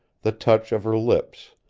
the touch of her lips,